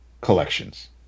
collections